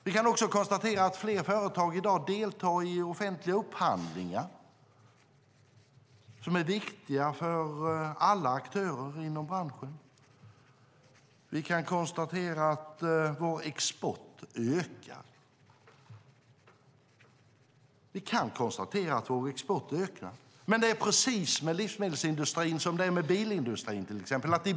Vi kan också konstatera att fler företag i dag deltar i offentliga upphandlingar, som är viktiga för alla aktörer i branschen. Vi kan konstatera att vår export ökar. Men det är med livsmedelsindustrin som det är med till exempel bilindustrin.